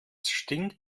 stinkt